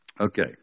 Okay